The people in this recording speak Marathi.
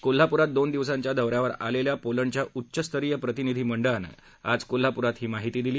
कोल्हाप्रात दोन दिवसांच्या दौ यावर आलेल्या पोलंडच्या उच्चस्तरीय प्रतिनिधी मंडळानं आज कोल्हापूरात ही माहिती दिली